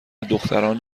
دختران